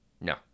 No